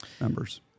members